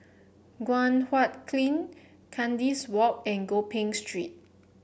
Guan Huat Kiln Kandis Walk and Gopeng Street